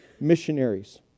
missionaries